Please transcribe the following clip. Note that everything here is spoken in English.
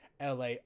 LA